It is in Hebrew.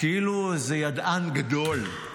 כאילו איזה ידען גדול.